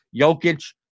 Jokic